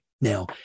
Now